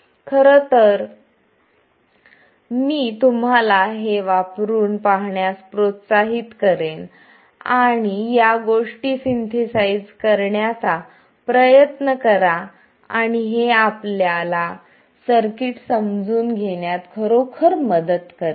तर खरं तर मी तुम्हाला हे वापरून पहाण्यास प्रोत्साहित करेन या गोष्टी सिंथेसाइज करण्याचा प्रयत्न करा आणि हे आपल्या ला सर्किट्स समजून घेण्यात खरोखर मदत करेल